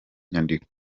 nyandiko